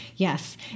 Yes